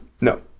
No